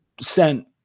sent